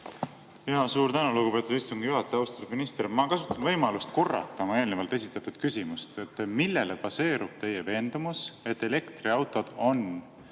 Suur tänu, lugupeetud istungi juhataja! Austatud minister! Ma kasutan võimalust korrata oma eelnevalt esitatud küsimust: millel baseerub teie veendumus, et elektriautod on